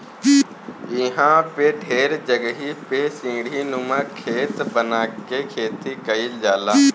इहां पे ढेर जगही पे सीढ़ीनुमा खेत बना के खेती कईल जाला